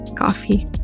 coffee